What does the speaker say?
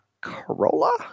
Corolla